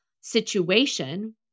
situation